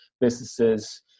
businesses